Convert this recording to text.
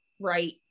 right